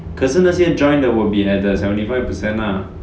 可是那些 joined 的 will be at the seventy five percent lah